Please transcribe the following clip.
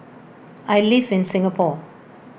I live in Singapore